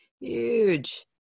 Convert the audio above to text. huge